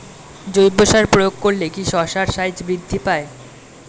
জৈব সার প্রয়োগ করলে কি শশার সাইজ বৃদ্ধি পায়?